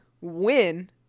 win